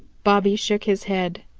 bobby shook his head.